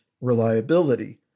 reliability